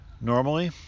Normally